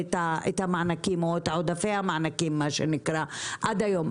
המענקים או את עודפי המענקים עד היום.